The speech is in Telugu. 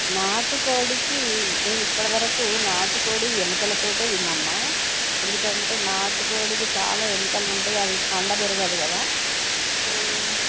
నాటు కోడికి మేము ఇప్పటి వరకు నాటుకోడి ఏముకలతో విన్నాం అమ్మ ఎందుకంటే నాటుకోడికి చాలా ఏముకలు ఉంటాయి అది కండ పెరుగదు కదా